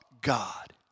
God